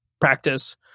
practice